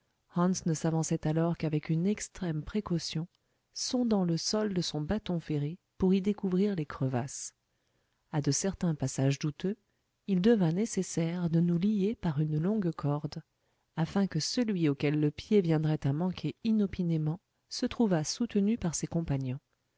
ne s'avançait alors qu'avec une extrême précaution sondant le sol de son bâton ferré pour y découvrir les crevasses a de certains passages douteux il devint nécessaire de nous lier par une longue corde afin que celui auquel le pied viendrait à manquer inopinément se trouvât soutenu par ses compagnons